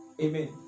amen